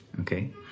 Okay